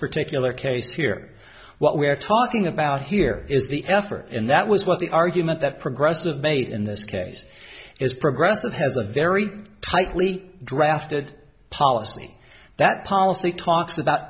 particular case here what we're talking about here is the effort and that was what the argument that progressive made in this case is progressive has a very tightly drafted policy that policy talks about